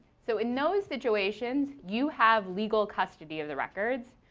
so in those situations, you have legal custody of the records.